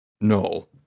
No